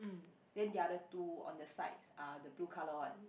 then the other two on the sides are the blue colour one